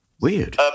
Weird